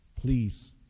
Please